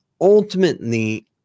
ultimately